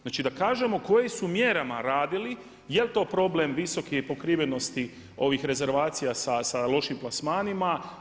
Znači da kažemo kojim su mjerama radili, je li to problem visoke pokrivenosti ovih rezervacija sa lošim plasmanima.